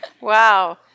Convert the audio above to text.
Wow